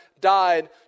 died